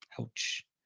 Ouch